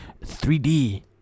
3D